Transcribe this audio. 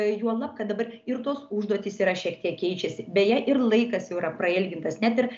juolab kad dabar ir tos užduotys yra šiek tiek keičiasi beje ir laikas jau yra prailgintas net ir